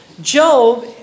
Job